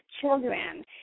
children